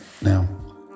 Now